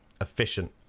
efficient